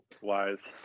wise